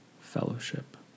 fellowship